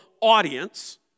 audience